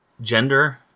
gender